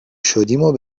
شدیم